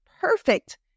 Perfect